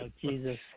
Jesus